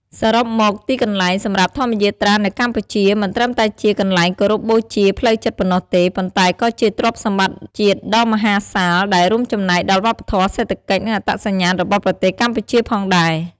សរុបមក ទីកន្លែងសម្រាប់ធម្មយាត្រានៅកម្ពុជាមិនត្រឹមតែជាកន្លែងគោរពបូជាផ្លូវចិត្តប៉ុណ្ណោះទេ ប៉ុន្តែក៏ជា ទ្រព្យសម្បត្តិជាតិដ៏មហាសាល ដែលរួមចំណែកដល់វប្បធម៌ សេដ្ឋកិច្ច និងអត្តសញ្ញាណរបស់ប្រទេសកម្ពុជាផងដែរ។